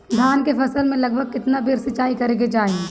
धान के फसल मे लगभग केतना बेर सिचाई करे के चाही?